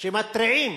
שמתריעים